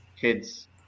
Kids